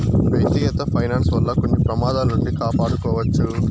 వ్యక్తిగత ఫైనాన్స్ వల్ల కొన్ని ప్రమాదాల నుండి కాపాడుకోవచ్చు